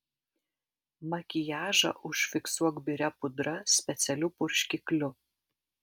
makiažą užfiksuok biria pudra specialiu purškikliu